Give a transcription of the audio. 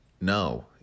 no